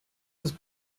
was